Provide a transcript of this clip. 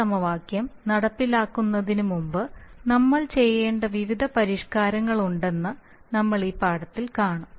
ഈ സമവാക്യം നടപ്പിലാക്കുന്നതിനുമുമ്പ് നമ്മൾ ചെയ്യേണ്ട വിവിധ പരിഷ്കാരങ്ങളുണ്ടെന്ന് നമ്മൾ ഈ പാഠത്തിൽ കാണും